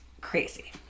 crazy